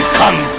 come